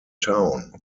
town